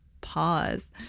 pause